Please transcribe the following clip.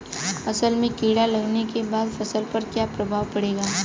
असल में कीड़ा लगने के बाद फसल पर क्या प्रभाव पड़ेगा?